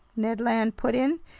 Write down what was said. ned land put in.